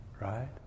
right